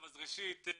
אז ראשית,